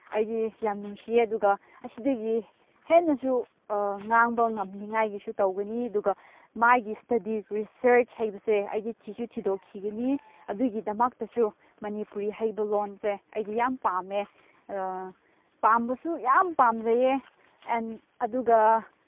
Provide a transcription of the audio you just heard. ꯑꯩꯗꯤ ꯌꯥꯝ ꯅꯨꯡꯁꯤꯌꯦ ꯑꯗꯨꯒ ꯑꯁꯤꯗꯒꯤ ꯍꯦꯟꯅꯁꯨ ꯉꯥꯡꯕ ꯉꯝꯅꯤꯉꯥꯏꯒꯤꯁꯨ ꯇꯧꯒꯅꯤ ꯑꯗꯨꯒ ꯃꯥꯒꯤ ꯏꯁꯇꯗꯤ ꯔꯤꯁꯔꯆ ꯍꯩꯕꯁꯦ ꯑꯩꯗꯤ ꯊꯤꯁꯨ ꯊꯤꯗꯣꯛꯈꯤꯒꯅꯤ ꯑꯗꯨꯒꯤꯗꯃꯛꯇꯁꯨ ꯃꯅꯤꯄꯨꯔꯤ ꯍꯩꯕ ꯂꯣꯟꯁꯦ ꯑꯩꯗꯤ ꯌꯥꯝ ꯄꯥꯝꯃꯦ ꯄꯥꯝꯕꯁꯨ ꯌꯥꯝ ꯄꯥꯝꯖꯩꯌꯦ ꯑꯦꯟ ꯑꯗꯨꯒ